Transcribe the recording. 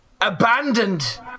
abandoned